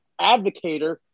advocator